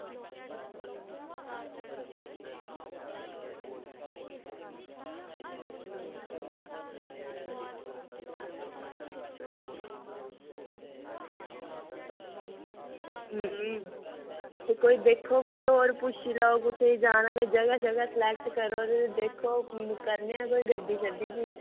ते दिक्खो कोई होर पुच्छी लैओ कुसै ई जाना ते जगह जूगा सिलेक्ट करो ते दिक्खो करने आं कोई गड्डी शड्डी भी